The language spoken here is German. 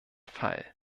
fall